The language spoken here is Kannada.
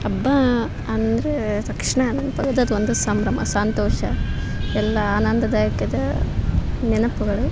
ಹಬ್ಬ ಅಂದರೆ ತಕ್ಷಣ ನೆನ್ಪಾಗೋದು ಅದೊಂದು ಸಂಭ್ರಮ ಸಂತೋಷ ಎಲ್ಲ ಆನಂದದಾಯಕದ ನೆನಪುಗಳು